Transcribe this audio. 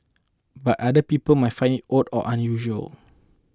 but other people might find it odd or unusual